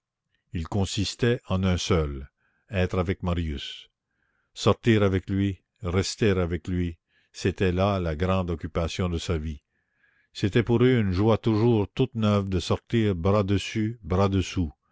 ils consistaient en un seul être avec marius sortir avec lui rester avec lui c'était là la grande occupation de sa vie c'était pour eux une joie toujours toute neuve de sortir bras dessus bras dessous